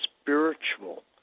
spiritual